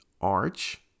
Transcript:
arch